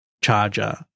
charger